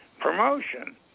promotion